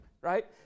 right